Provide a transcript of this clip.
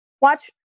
watch